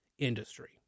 industry